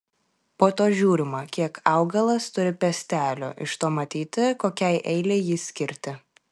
po to žiūrima kiek augalas turi piestelių iš to matyti kokiai eilei jį skirti